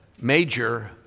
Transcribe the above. major